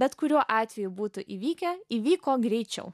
bet kuriuo atveju būtų įvykę įvyko greičiau